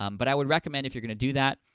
um but i would recommend, if you're gonna do that,